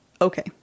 Okay